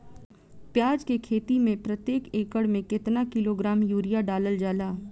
प्याज के खेती में प्रतेक एकड़ में केतना किलोग्राम यूरिया डालल जाला?